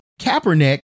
Kaepernick